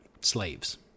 slaves